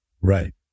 Right